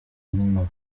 n’inkuba